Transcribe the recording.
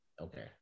Okay